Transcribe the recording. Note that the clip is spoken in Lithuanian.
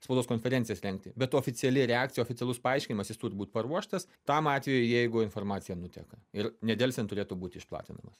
spaudos konferencijas rengti bet oficiali reakcija oficialus paaiškinimas jis turi būt paruoštas tam atvejui jeigu informacija nuteka ir nedelsiant turėtų būti išplatinamas